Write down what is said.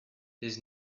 his